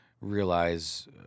realize